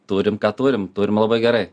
turim ką turim turim labai gerai